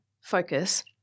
focus